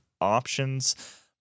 options